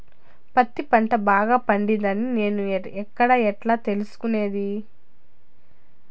పత్తి పంట బాగా పండిందని నేను ఎక్కడ, ఎట్లా తెలుసుకునేది?